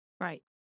Right